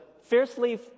fiercely